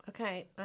Okay